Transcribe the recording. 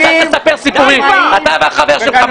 אתה מספר סיפורים, אתה והחבר שלך.